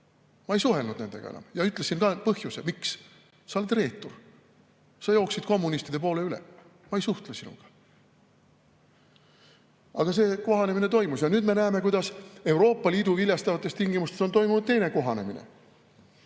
Ma ei suhelnud nendega enam ja ütlesin ka põhjuse: sa oled reetur, sa jooksid kommunistide poole üle, ma ei suhtle sinuga. Aga see kohanemine toimus ja nüüd me näeme, kuidas Euroopa Liidu viljastavates tingimustes on toimunud teine kohanemine.